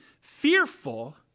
fearful